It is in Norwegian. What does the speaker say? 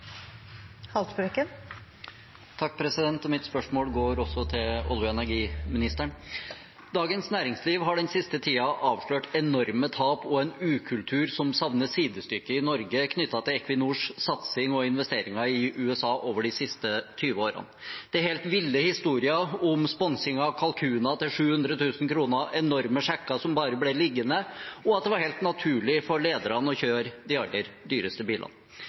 Mitt spørsmål går også til olje- og energiministeren. Dagens Næringsliv har den siste tiden avslørt enorme tap og en ukultur som savner sidestykke i Norge, knyttet til Equinors satsing og investeringer i USA over de siste 20 årene. Det er helt ville historier om sponsing av kalkuner til 700 000 kr, enorme sjekker som bare ble liggende, og at det var helt naturlig for lederne å kjøre de aller dyreste bilene.